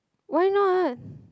why not